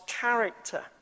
character